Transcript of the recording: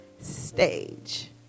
stage